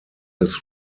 his